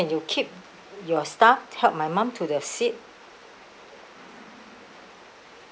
keep your staff to help my mom to the seat